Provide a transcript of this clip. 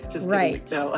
right